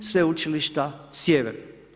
Sveučilište Sjever.